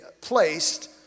placed